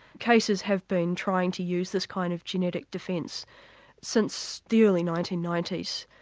cases have been trying to use this kind of genetic defence since the early nineteen ninety s.